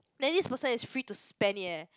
then this person is free to spend it eh